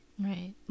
right